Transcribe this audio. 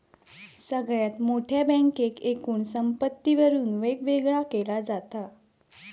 सगळ्यात मोठ्या बँकेक एकूण संपत्तीवरून वेगवेगळा केला जाता